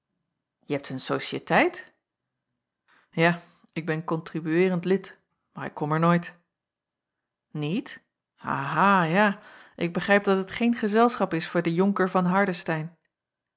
je hebt een sociëteit ja ik ben kontribueerend lid maar ik kom er nooit niet aha ja ik begrijp dat het geen gezelschap is voor den jonker van